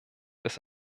des